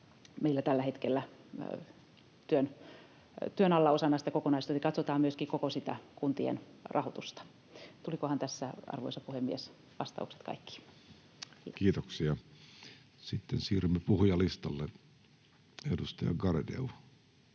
meillä tällä hetkellä työn alla osana sitä kokonaisuutta, eli katsotaan myöskin koko sitä kuntien rahoitusta. — Tulikohan tässä, arvoisa puhemies, vastaukset kaikkiin. Kiitoksia. — Sitten siirrymme puhujalistalle. Edustaja Garedew